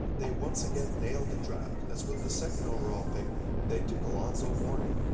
they once again nailed the draft as with the second overall pick they took alonzo mourning.